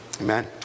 Amen